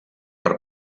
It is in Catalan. per